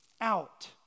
out